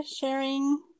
sharing